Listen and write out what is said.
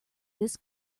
this